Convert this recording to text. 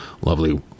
lovely